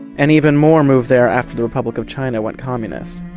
and even more moved there after the republic of china went communist.